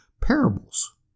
parables